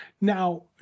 now